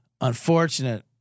unfortunate